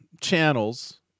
channels